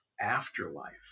afterlife